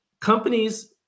companies